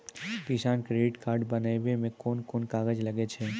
किसान credit card बनाबै मे कोन कोन कागज लागै छै?